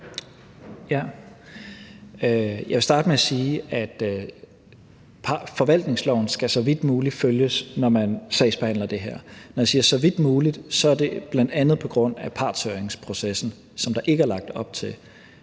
Jeg vil starte med at sige, at forvaltningsloven så vidt muligt skal følges, når man sagsbehandler det her. Når jeg siger »så vidt muligt«, er det bl.a. på grund af partshøringsprocessen, som der ikke er lagt op til